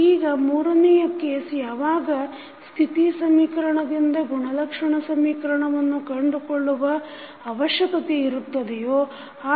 ಈಗ ಮೂರನೆಯ ಕೇಸ್ ಯಾವಾಗ ಸ್ಥಿತಿ ಸಮೀಕರಣದಿಂದ ಗುಣಲಕ್ಷಣ ಸಮೀಕರಣವನ್ನು ಕಂಡುಕೊಳ್ಳುವ ಅವಶ್ಯಕತೆ ಇರುತ್ತದೆಯೋ ಆಗ